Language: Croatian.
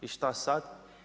I šta sada?